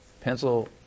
Pencil